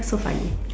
so funny